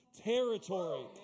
territory